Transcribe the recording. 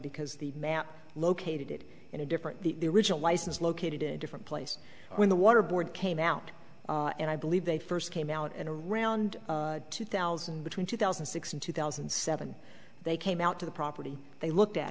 because the map located it in a different the original license located in a different place when the water board came out and i believe they first came out and around two thousand between two thousand and six and two thousand and seven they came out to the property they looked at